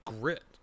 grit